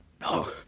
No